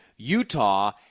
Utah